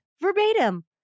verbatim